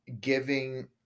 giving